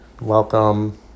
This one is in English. welcome